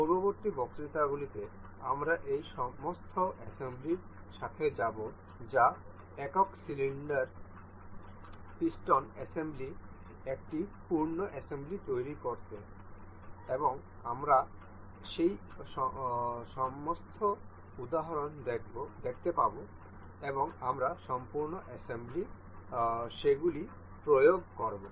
পরবর্তী বক্তৃতায় আমি এই সমস্ত অ্যাসেম্বলির সাথে যাব যা একক সিলিন্ডার পিস্টন অ্যাসেম্বলি একটি পূর্ণ অ্যাসেম্বলি তৈরি করতে এবং আমরা সেই সমস্ত উদাহরণ দেখতে পাব এবং আমরা সম্পূর্ণ অ্যাসেম্বলি সেগুলি প্রয়োগ করব